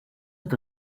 het